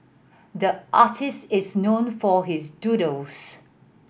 the artist is known for his doodles